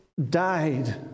Died